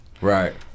Right